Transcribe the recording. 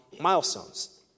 milestones